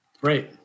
great